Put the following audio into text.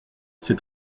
c’est